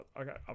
Okay